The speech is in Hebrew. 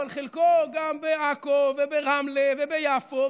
אבל חלקו גם בעכו וברמלה וביפו.